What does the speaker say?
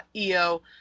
Io